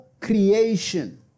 creation